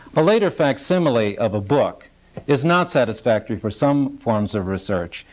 a later facsimile of a book is not satisfactory for some forms of research,